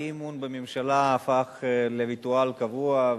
האי-אמון בממשלה הפך לריטואל קבוע,